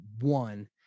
one